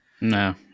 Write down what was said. No